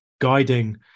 guiding